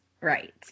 Right